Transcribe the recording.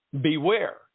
Beware